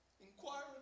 inquire